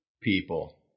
people